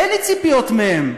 אין לי ציפיות מהם,